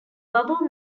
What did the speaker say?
bubble